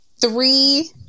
three